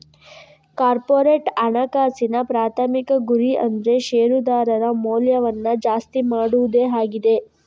corporate ಹಣಕಾಸಿನ ಪ್ರಾಥಮಿಕ ಗುರಿ ಅಂದ್ರೆ ಶೇರುದಾರರ ಮೌಲ್ಯವನ್ನ ಜಾಸ್ತಿ ಮಾಡುದೇ ಆಗಿದೆ